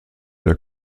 der